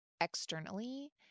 externally